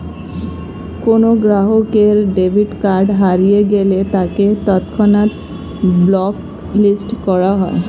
কোনো গ্রাহকের debit card হারিয়ে গেলে তাকে তৎক্ষণাৎ ব্লক লিস্ট করা হয়